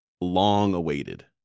long-awaited